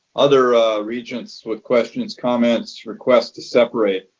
other regents with questions, comments, requests to separate?